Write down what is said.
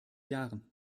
jahren